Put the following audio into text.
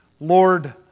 Lord